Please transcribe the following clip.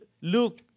luke